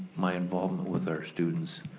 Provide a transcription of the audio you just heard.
my involvement with our students